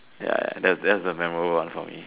ya that's that's the memorable one for me